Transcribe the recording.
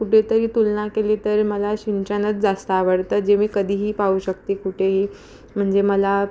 कुठेतरी तुलना केली तर मला शिमच्यानंच जास्त आवडतं जे मी कधीही पाहू शकते कुठेही म्हणजे मला